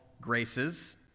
graces